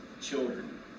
children